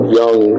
young